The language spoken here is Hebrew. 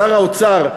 שר האוצר,